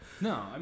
No